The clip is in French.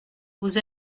vous